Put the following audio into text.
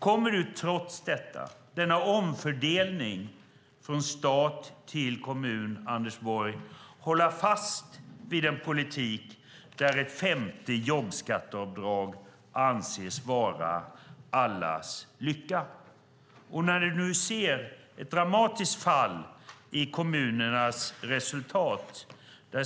Kommer du, Anders Borg, trots denna omfördelning från stat till kommun att hålla fast vid en politik där ett femte jobbskatteavdrag anses vara allas lycka? Vi ser ett dramatiskt fall i kommunernas resultat.